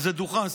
איזה דוכן,